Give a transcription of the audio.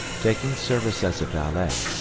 taking service as a valet,